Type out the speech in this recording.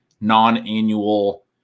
non-annual